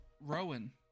Rowan